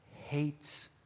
hates